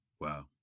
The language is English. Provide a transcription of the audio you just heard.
Wow